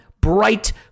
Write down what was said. bright